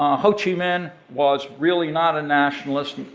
ah ho chi minh was really not a nationalist,